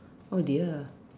oh dear